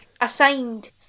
assigned